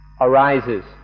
arises